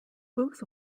booth